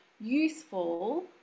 useful